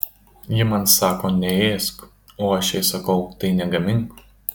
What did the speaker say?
ji man sako neėsk o aš jai sakau tai negamink